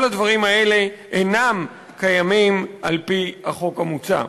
כל הדברים האלה אינם קיימים על-פי החוק המוצע.